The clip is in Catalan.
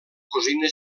cosina